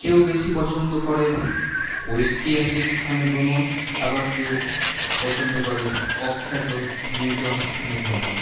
কেউ বেশি পছন্দ করে ঐতিহাসিক স্থানে ভ্রমন আবার কেউ পছন্দ করে অখ্যাত নির্জন স্থানে ভ্রমন